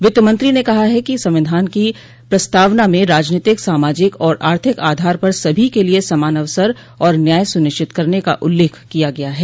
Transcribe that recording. वित्त मंत्री ने कहा कि संविधान की प्रस्तावना में राजनीतिक सामाजिक और आर्थिक आधार पर सभी के लिए समान अवसर आर न्याय सुनिश्चित करने का उल्लेख किया गया है